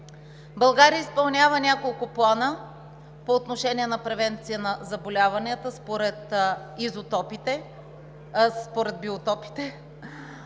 България изпълнява няколко плана по отношение на превенция на заболяванията според биотопите.